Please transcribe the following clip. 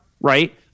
right